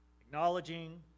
acknowledging